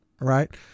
right